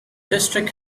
district